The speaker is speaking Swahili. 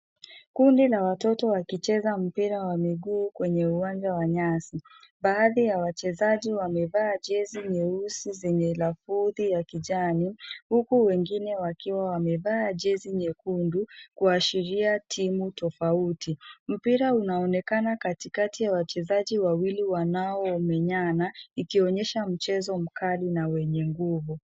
Kundi la watoto wakicheza mpira wa miguu kwenye uwanja wa nyasi. Baadhi ya wachezaji wamevaa jezi nyeusi zenye lafudhi ya kijani , huku wengine wakiwa wamevaa jezi nyekundu kuashiria timu tofauti. Mpira unaonekana katikati ya wachezaji wawili wanaomenyana , ikionyesha mchezo mkali na wenye nguvu.